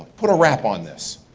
put a wrap on this.